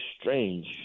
strange